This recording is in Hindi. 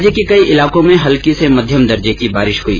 राज्य के कई इलाकों में कल हल्की से मध्यम दर्जे की बारिश हुई